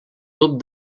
tub